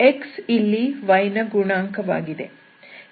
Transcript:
x ಇಲ್ಲಿ y ನ ಗುಣಾಂಕವಾಗಿದೆ